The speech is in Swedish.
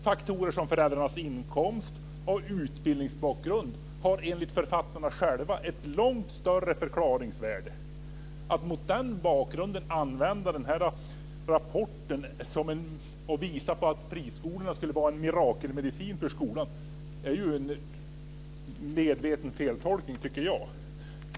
Faktorer som föräldrarnas inkomst och utbildningsbakgrund har enligt författarna själva ett långt större förklaringsvärde. Att mot den bakgrunden använda den här rapporten för visa på att friskolorna skulle vara en mirakelmedicin för skolan tycker jag är att bygga på en medveten feltolkning.